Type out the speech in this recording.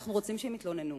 אנחנו רוצים שהם יתלוננו,